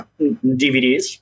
DVDs